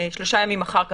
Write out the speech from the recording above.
3 ימים אחר כך,